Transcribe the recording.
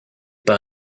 par